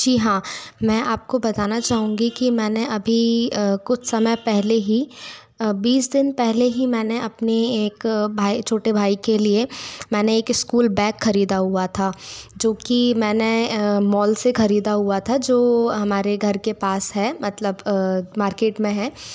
जी हाँ मैं आपको बताना चाहूंगी कि मैंने अभी कुछ समय पहले ही बीस दिन पहले ही मैंने अपनी एक भाई छोटे भाई के लिए मैंने एक स्कूल बैग ख़रीदा हुआ था जो कि मैंने मॉल से ख़रीदा हुआ था जो हमारे घर के पास है मतलब मार्केट में है